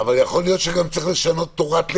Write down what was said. אבל יכול להיות שגם צריך לשנות תורת לחימה.